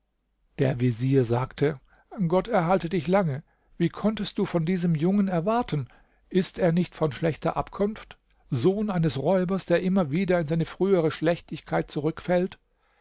der vezier sagte gott erhalte dich lange was konntest du von diesem jungen erwarten ist er nicht von schlechter abkunft sohn eines räubers der immer wieder in seine frühere schlechtigkeit zurückfällt